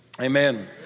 Amen